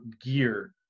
gear